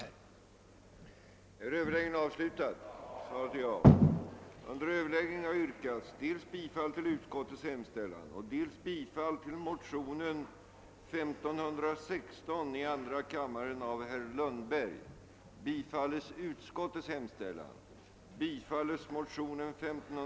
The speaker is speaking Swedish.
vid i utredningsuppdraget även borde ingå att utreda behovet av och förutsättningarna för en allmän miljöskadeförsäkring,